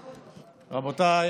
רבותיי,